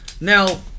Now